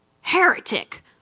heretic